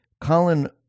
Colin